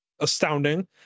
astounding